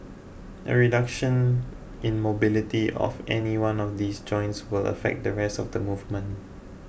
a reduction in mobility of any one of these joints will affect the rest of the movement